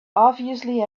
obviously